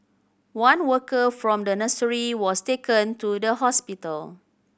one worker from the nursery was taken to the hospital